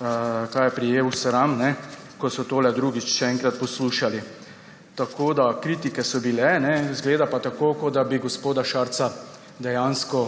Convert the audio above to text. malo prijel sram, ko so tole drugič še enkrat poslušali. Kritike so bile, izgleda pa tako, kot da bi gospoda Šarca dejansko